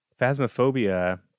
Phasmophobia